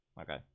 Okay